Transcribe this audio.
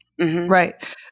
Right